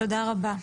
תודה רבה.